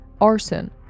arson